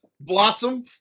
Blossom